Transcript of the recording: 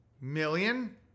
million